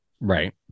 Right